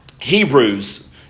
Hebrews